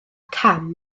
cam